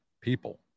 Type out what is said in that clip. people